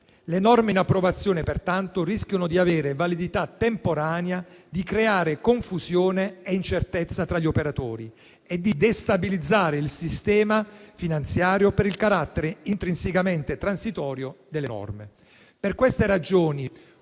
Le norme in approvazione, pertanto, rischiano di avere validità temporanea, di creare confusione e incertezza tra gli operatori e di destabilizzare il sistema finanziario per il carattere intrinsecamente transitorio delle norme.